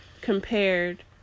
compared